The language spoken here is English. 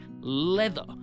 leather